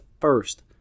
first